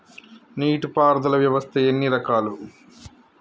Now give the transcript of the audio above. నీటి పారుదల వ్యవస్థ ఎన్ని రకాలు?